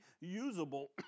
usable